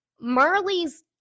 Marley's